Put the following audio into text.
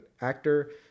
actor